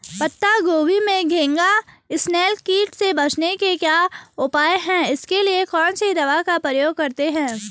पत्ता गोभी में घैंघा इसनैल कीट से बचने के क्या उपाय हैं इसके लिए कौन सी दवा का प्रयोग करते हैं?